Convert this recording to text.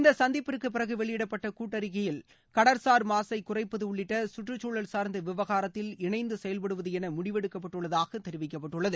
இந்த சந்திப்பிற்கு பிறகு வெளியிடப்பட்ட கூட்டறிக்கையில் கடற்சார் மாசை சுகுறைப்பது உள்ளிட்ட கற்றுக்சூழல் கார்ந்த விவகாரத்தில் இணைந்து செயல்படுது என முடிவெடுக்கப்பட்டுள்ளதாக தெரிவிக்கப்பட்டுள்ளது